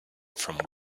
from